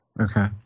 Okay